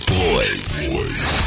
boys